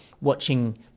watching